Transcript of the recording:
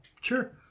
Sure